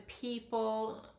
people